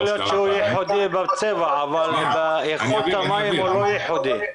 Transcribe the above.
יכול להיות שייחודי בצבע אבל איכות המים הוא לא ייחודי.